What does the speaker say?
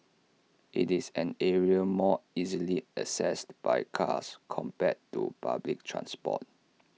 IT is an area more easily accessed by cars compared to public transport